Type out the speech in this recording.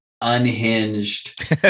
unhinged